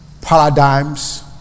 paradigms